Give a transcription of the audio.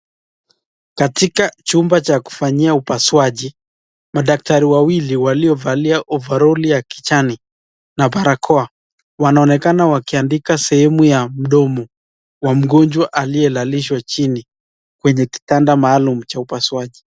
Katika chumba cha kufanyia upasuaji, madaktari wawili waliovalia ovaroli ya kijani na barakoa, wanaonekana wakiandika sehemu ya mdomo ya mgonjwa aliyelalishwa chini kwenye kitanda maalaum cha upasuaji.